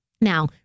Now